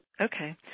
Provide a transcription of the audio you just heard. Okay